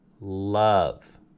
love